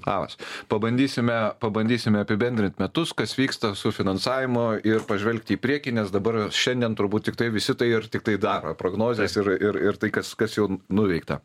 labas pabandysime pabandysime apibendrint metus kas vyksta su finansavimu ir pažvelgti į priekį nes dabar šiandien turbūt tiktai visi tai ir tiktai daro prognozes ir ir tai kas kas jau nuveikta